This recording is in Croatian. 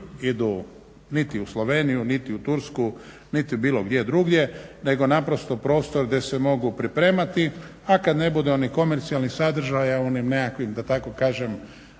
idu niti u Sloveniju, niti u Tursku, niti bilo gdje drugdje nego naprosto prostor gdje se mogu pripremati, a kad ne bude onih komercijalnih sadržaja u onim nekakvim, da tako kažem